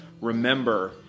remember